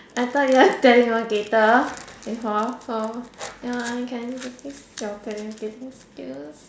I thought you are telemarketer before ya so you can practice your telemarketing skills